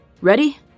Ready